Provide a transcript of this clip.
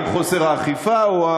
האם חוסר האכיפה,